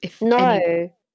No